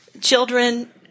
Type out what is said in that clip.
children